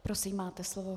Prosím, máte slovo.